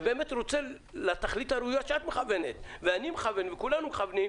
ורוצה לתכלית הראויה שאת מכוונת וכולנו מכוונים,